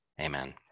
Amen